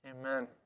amen